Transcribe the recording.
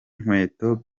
nkweto